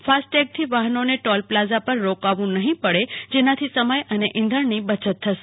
ફાસ્ટટૈગથી વાહનોને toll plaza પર રોકાવું નહીં પડે જેનાથી સમય અને ઇંધણની બયત થશે